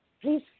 Please